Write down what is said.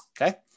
okay